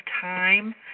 time